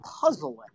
puzzling